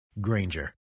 Granger